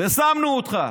ושמנו אותך,